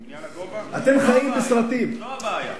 זו הבעיה.